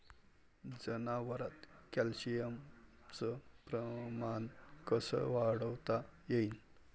जनावरात कॅल्शियमचं प्रमान कस वाढवता येईन?